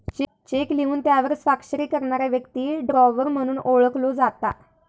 check लिहून त्यावर स्वाक्षरी करणारा व्यक्ती ड्रॉवर म्हणून ओळखलो जाता